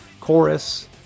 Chorus